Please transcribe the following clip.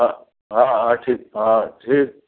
ह हा हा ठीकु हा ठीकु